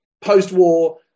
post-war